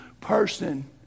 person